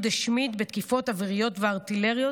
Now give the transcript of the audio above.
השמיד בתקיפות אוויריות וארטילריות,